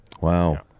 Wow